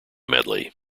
medley